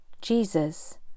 Jesus